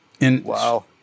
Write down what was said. Wow